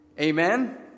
Amen